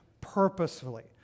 purposefully